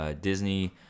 Disney